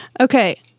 okay